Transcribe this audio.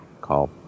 call